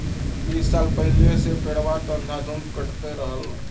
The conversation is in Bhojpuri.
बीस साल पहिले से पेड़वा त अंधाधुन कटते रहल